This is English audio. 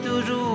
toujours